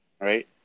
right